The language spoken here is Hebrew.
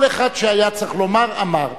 כל אחד שהיה צריך לומר, אמר.